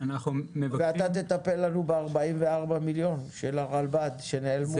ואתה תטפל לנו ב-44 מיליון של הרלב"ד שנעלמו מהרשויות?